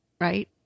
right